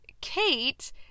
Kate